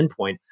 endpoint